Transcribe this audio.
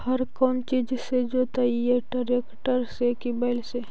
हर कौन चीज से जोतइयै टरेकटर से कि बैल से?